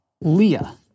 Leah